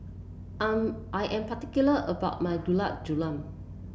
am I am particular about my Gulab Jamun